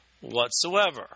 whatsoever